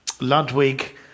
Ludwig